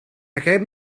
aquest